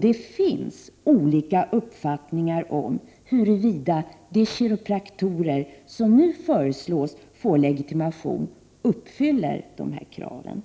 Det finns olika uppfattningar om huruvida de kiropraktorer som nu föreslås få legitimation uppfyller de 175 kraven.